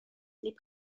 les